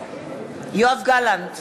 יואב גלנט,